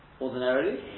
ordinarily